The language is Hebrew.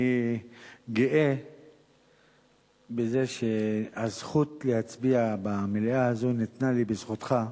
אני גאה בזה שהזכות להצביע במליאה הזו ניתנה לי בזכותך.